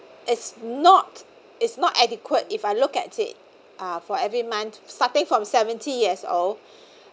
it's not it's not adequate if I look at it uh for every month starting from seventy years old